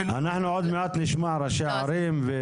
עוד מעט נשמע ראשי ערים.